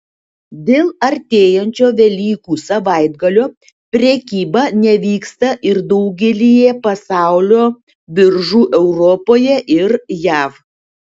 dėl artėjančio velykų savaitgalio prekyba nevyksta ir daugelyje pasaulio biržų europoje ir jav